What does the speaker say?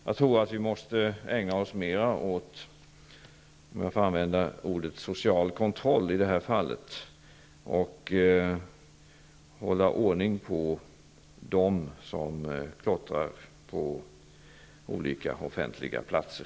Jag tror att vi måsta ägna oss mera åt social kontroll i detta fall, om jag får använda det uttrycket, och hålla ordning på dem som klottrar på olika offentliga platser.